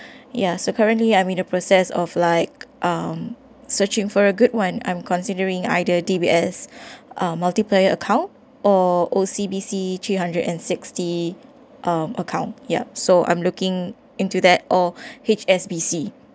ya so currently I'm in the process of like um searching for a good one I'm considering either D_B_S uh multiplier account or O_C_B_C three hundred and sixty um account yup so I'm looking into that or H_S_B_C